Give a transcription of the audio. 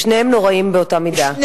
ששניהם נוראים באותה מידה.